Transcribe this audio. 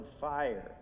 fire